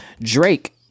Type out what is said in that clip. Drake